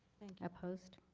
opposed?